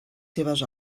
seves